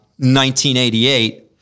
1988